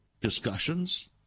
discussions